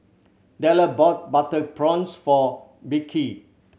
Della bought butter prawns for Beckie